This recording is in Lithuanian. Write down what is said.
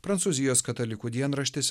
prancūzijos katalikų dienraštis